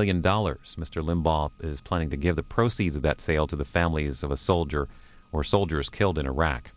million dollars mr limbaugh is planning to give the proceeds of that sale to the families of a soldier or soldiers killed in iraq